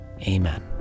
amen